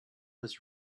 was